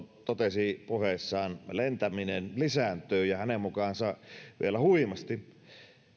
totesi puheessaan lentäminen lisääntyy hänen mukaansa vielä huimasti